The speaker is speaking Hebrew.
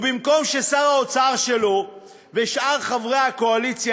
ובמקום ששר האוצר שלו ושאר חברי הקואליציה